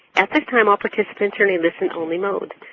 at this time all participants are in listen-only mode.